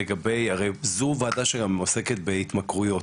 הרי זו ועדה שעוסקת בהתמכרויות,